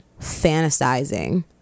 fantasizing